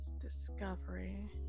Discovery